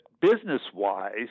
business-wise